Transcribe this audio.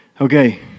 Okay